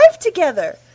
together